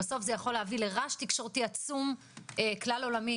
יכול להביא לרעש תקשורתי עצום כלל עולמי